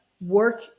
work